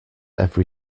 every